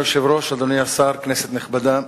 אדוני היושב-ראש, אדוני השר, כנסת נכבדה,